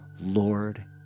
Lord